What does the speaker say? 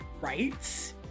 Right